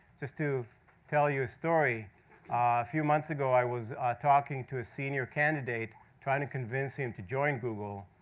just to tell you a story. ah a a few months ago, i was talking to senior candidate trying to convince him to join google.